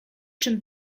czym